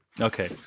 Okay